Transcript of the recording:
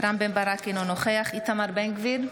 רם בן ברק, אינו נוכח איתמר בן גביר,